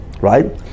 right